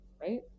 right